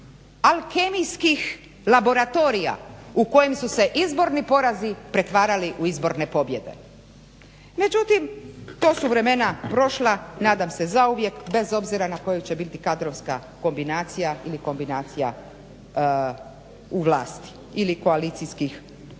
alkemijskih laboratorija u kojem su se izborni porazi pretvarali u izborne pobjede. Međutim to su vremena prošla nadam se zauvijek bez obzira na koji će biti kadrovska kombinacija ili kombinacija u vlasti ili određenih koalicijskih rješenja.